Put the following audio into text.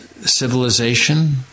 civilization